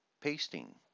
pasting